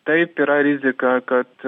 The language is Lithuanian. taip yra rizika kad